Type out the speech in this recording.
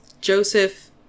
Joseph